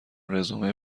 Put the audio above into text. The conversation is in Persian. رزومه